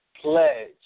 pledge